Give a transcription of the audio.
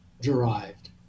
derived